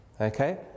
Okay